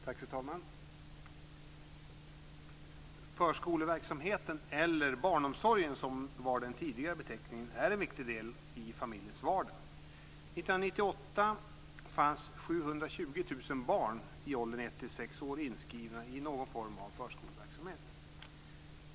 Fru talman! Förskoleverksamheten, eller barnomsorgen som var den tidigare beteckningen, är en viktig del i familjernas vardag. 1998 fanns 720 000 barn i åldern 1-6 år inskrivna i någon form av förskoleverksamhet.